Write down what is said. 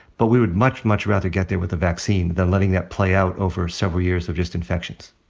but we would much, much rather get there with the vaccine than letting that play out over several years of just infections.